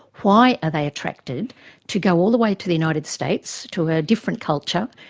why are they attracted to go all the way to the united states, to a different culture?